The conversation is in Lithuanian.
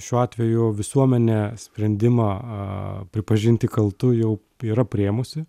šiuo atveju visuomenė sprendimą a pripažinti kaltu jau yra priėmusi